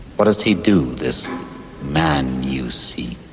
what does he do this man you seek?